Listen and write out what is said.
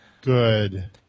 Good